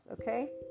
okay